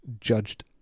judged